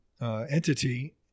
entity